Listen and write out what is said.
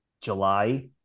July